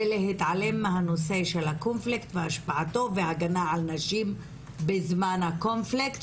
ולהתעלם מהנושא של הקומפלקס והשפעתו והגנה על נשים בזמן הקומפלקס,